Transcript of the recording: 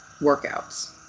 workouts